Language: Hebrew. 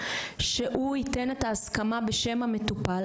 שהוא ייתן את ההסכמה בשם המטופל,